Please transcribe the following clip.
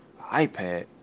iPad